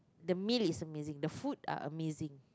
the meal is amazing the food are amazing